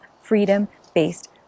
freedom-based